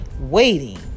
waiting